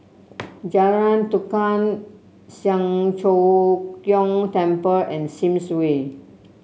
Jalan Tukang Siang Cho Keong Temple and Sims Way